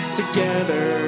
together